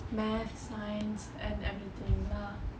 math science and everything lah